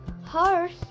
horse